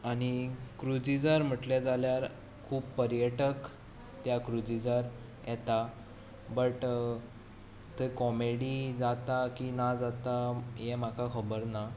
आनी क्रुयिजार म्हणलें जाल्यार खूब पर्यटक त्या क्रुयिजार येता बट थंय कॉमेडी जाता की ना जाता हें म्हाका खबर ना